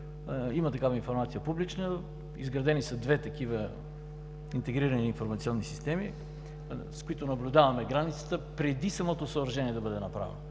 публична информация, изградени са две такива интегрирани информационни системи, с които наблюдаваме границата преди самото съоръжение да бъде направено.